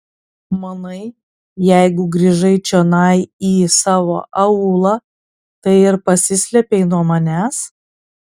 manai jeigu grįžai čionai į savo aūlą tai ir pasislėpei nuo manęs